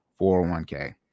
401k